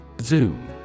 Zoom